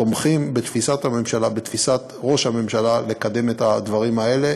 תומכים בתפיסת ראש הממשלה לקדם את הדברים האלה.